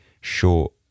short